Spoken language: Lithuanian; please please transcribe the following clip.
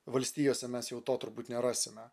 valstijose mes jau to turbūt nerasime